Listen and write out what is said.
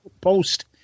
post